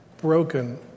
broken